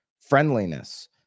friendliness